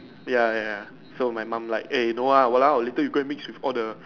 ya ya ya so my mom like eh no !walao! later you go and mix with all the